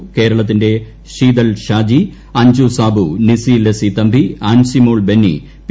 ക്ട്രേരള്ത്തിന്റെ Sheethal Shaji Anju Sabu Nissy Lassy Thampi Ajsimol Benny P